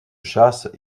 chasse